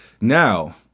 now